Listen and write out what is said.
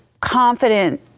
confident